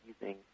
using